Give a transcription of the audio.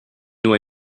nur